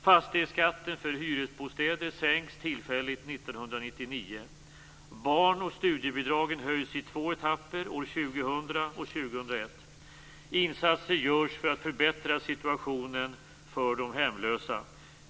Fastighetsskatten för hyresbostäder sänks tillfälligt 1999. Barnoch studiebidragen höjs i två etapper: år 2000 och 2001. Insatser görs för att förbättra situationen för de hemlösa.